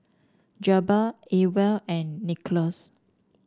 Jabbar Ewell and Nicklaus